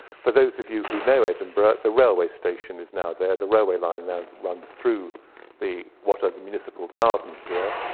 for those of you who know edinburgh, the railway station is now there. the railway line now runs through the what are the municipal gardens here.